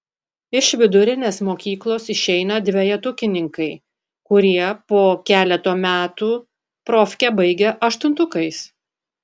iš vidurinės mokyklos išeina dvejetukininkai kurie po keleto metų profkę baigia aštuntukais